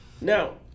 now